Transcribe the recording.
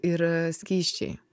ir skysčiai